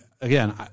again